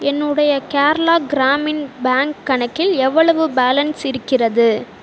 என்னுடைய கேரளா கிராமின் பேங்க் கணக்கில் எவ்வளவு பேலன்ஸ் இருக்கிறது